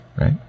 right